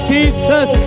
Jesus